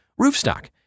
Roofstock